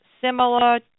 similar